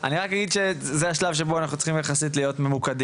אגיד שזה השלב שבו אנחנו צריכים להיות יחסית ממוקדים